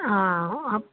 ആ